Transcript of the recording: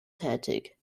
tätig